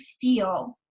feel